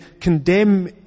condemn